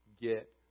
get